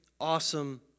awesome